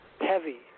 heavy